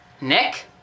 Nick